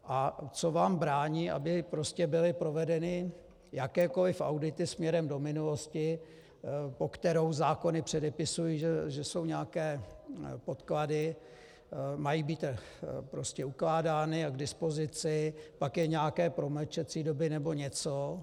A co vám brání, aby byly provedeny jakékoli audity směrem do minulosti, po kterou zákony předepisují, že jsou nějaké podklady, mají být prostě ukládány a k dispozici, pak jsou nějaké promlčecí doby nebo něco.